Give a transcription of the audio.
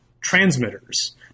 transmitters